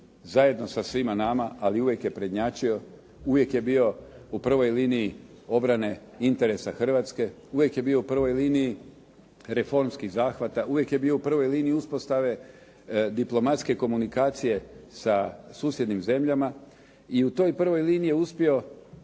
zajedno sa svima nama, ali uvijek je prednjačio, uvijek je bio u prvoj liniji obrane interesa Hrvatske, uvijek je bio u prvoj liniji reformski zahvat, uvijek je bio u prvoj liniji uspostave diplomatske komunikacije sa susjednim zemljama. I u toj prvoj liniji je uspio